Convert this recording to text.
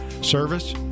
Service